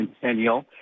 Centennial